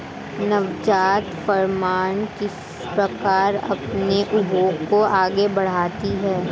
नवजात फ़र्में किस प्रकार अपने उद्योग को आगे बढ़ाती हैं?